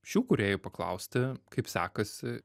šių kūrėjų paklausti kaip sekasi